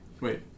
Wait